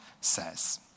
says